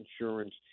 insurance